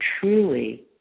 truly